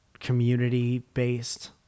community-based